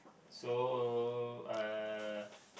so uh